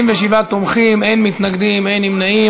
57 תומכים, אין מתנגדים, אין נמנעים.